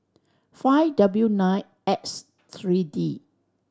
five W nine X three D